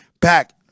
back